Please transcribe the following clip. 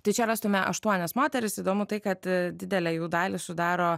tai čia rastume aštuonias moteris įdomu tai kad didelę jų dalį sudaro